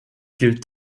gilt